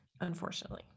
unfortunately